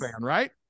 right